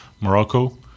Morocco